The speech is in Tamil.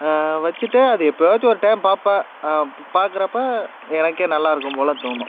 வைச்சிட்டு அதை எப்போவாச்சும் ஒரு டைம் பார்ப்பேன் பாக்கிறப்ப எனக்கே நல்லா இருக்கும் போல் தோணும்